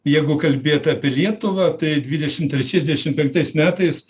jėgų kalbėt apie lietuvą tai dvidešimt trečiais dvišim penktais metais